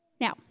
Now